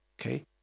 okay